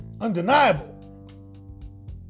undeniable